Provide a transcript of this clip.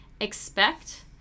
Expect